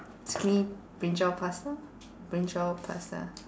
zucchini brinjal pasta brinjal pasta